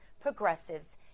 Progressives